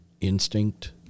instinct